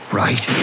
right